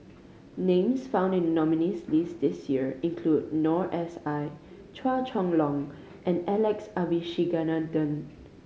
names found in the nominees list this year include Noor S I Chua Chong Long and Alex Abisheganaden